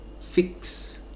fix